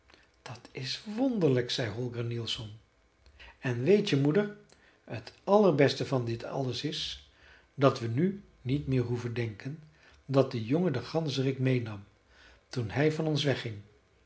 dat is wonderlijk zei holger nielsson en weet je moeder t allerbeste van dit alles is dat we nu niet meer hoeven denken dat de jongen den ganzerik meênam toen hij van ons wegging